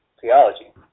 theology